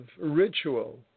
ritual